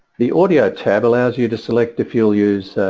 the audio tab allows you to select if you'll use